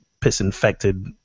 piss-infected